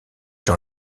dans